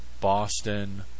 Boston